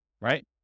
right